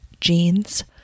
jeans